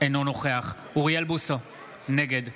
אינו נוכח אוריאל בוסו, נגד